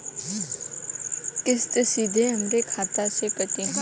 किस्त सीधा हमरे खाता से कटी?